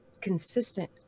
consistent